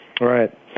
Right